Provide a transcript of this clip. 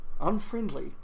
Unfriendly